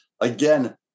again